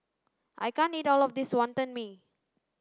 I can't eat all of this wantan mee